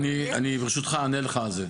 אני ברשותך אענה לך על זה.